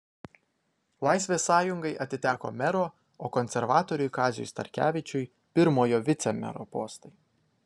laisvės sąjungai atiteko mero o konservatoriui kaziui starkevičiui pirmojo vicemero postai